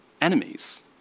enemies